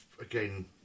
again